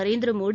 Narendra Modi